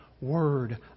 word